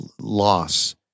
loss